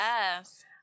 yes